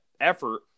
effort